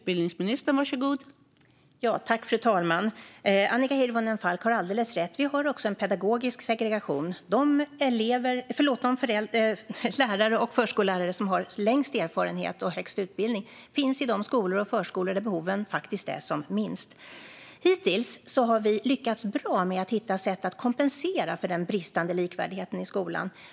Fru talman! Annika Hirvonen har alldeles rätt. Vi har också en pedagogisk segregation. De lärare och förskollärare som har längst erfarenhet och högst utbildning finns i de skolor och förskolor där behoven är som minst. Hittills har vi lyckats bra med att hitta sätt att kompensera för den bristande likvärdigheten i skolan.